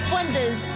Wonders